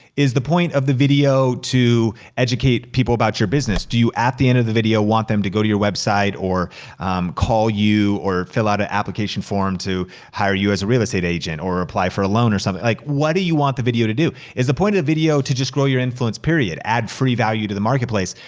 is the point of the video to educate people about your business? do you at the end of the video want them to go to your website, or call you, or fill out an application form to hire you as a real estate agent, or apply for a loan, or something? like, what do you you want the video to do? is the point of the video to just grow your influence period? add free value to the marketplace.